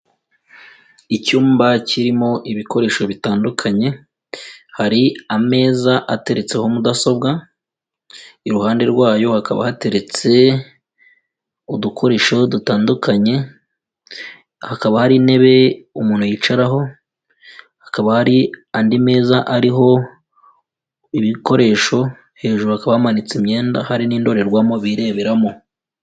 Icyumba kirimo ibikoresho bitandukanye, hari ameza ateretseho mudasobwa, iruhande rwayo hakaba hateretse udukoresho dutandukanye, hakaba hari intebe umuntu yicaraho, hakaba hari andi meza ariho ibikoresho, hejuru hakaba hamanitse imyenda, hari n'indorerwamo bireberamo.